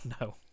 No